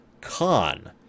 Khan